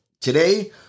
today